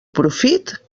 profit